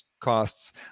costs